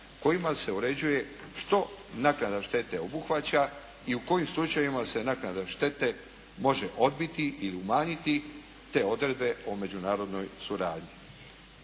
kojima se uređuje što naknada štete obuhvaća i u kojim slučajevima se naknada štete može odbiti ili umanjiti, te odredbe o međunarodnoj suradnji.